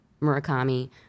Murakami